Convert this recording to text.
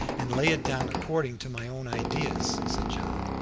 and lay it down according to my own ideas, said john.